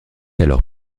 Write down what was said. alors